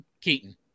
Keaton